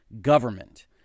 government